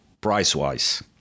price-wise